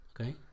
Okay